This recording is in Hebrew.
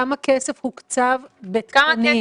כמה כסף הוקצב בתקנים?